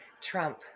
Trump